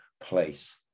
place